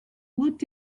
looked